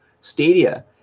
Stadia